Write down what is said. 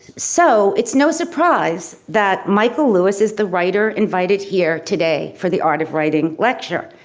so, it's no surprise that michael lewis is the writer invited here today for the art of writing lecture.